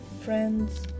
friends